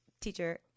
teacher